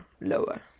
lower